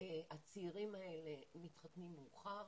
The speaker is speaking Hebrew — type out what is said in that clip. הצעירים האלה מתחתנים מאוחר,